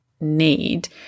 need